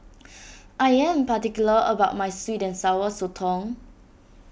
I am particular about my Sweet and Sour Sotong